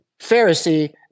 Pharisee